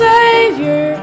Savior